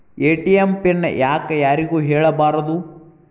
ATM pin ಯಾಕ್ ಯಾರಿಗೂ ಹೇಳಬಾರದು?